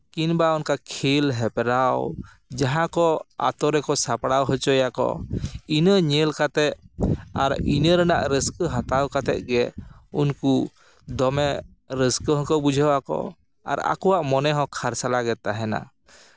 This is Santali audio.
ᱠᱤᱝᱵᱟ ᱚᱱᱠᱟ ᱠᱷᱮᱞ ᱦᱮᱯᱨᱟᱣ ᱡᱟᱦᱟᱸ ᱠᱚ ᱟᱛᱳ ᱨᱮᱠᱚ ᱥᱟᱯᱲᱟᱣ ᱦᱚᱪᱚᱭᱟᱠᱚ ᱤᱱᱟᱹ ᱧᱮᱞ ᱠᱟᱛᱮ ᱟᱨ ᱤᱱᱟᱹ ᱨᱮᱱᱟᱜ ᱨᱟᱹᱥᱠᱟᱹ ᱦᱟᱛᱟᱣ ᱠᱟᱛᱮ ᱜᱮ ᱩᱱᱠᱩ ᱫᱚᱢᱮ ᱨᱟᱹᱥᱠᱟᱹ ᱦᱚᱸᱠᱚ ᱵᱩᱡᱷᱟᱹᱣ ᱟᱠᱚ ᱟᱨ ᱟᱠᱚᱣᱟᱜ ᱢᱚᱱᱮ ᱦᱚᱸ ᱠᱷᱟᱨᱥᱟᱞᱟ ᱜᱮ ᱛᱟᱦᱮᱱᱟ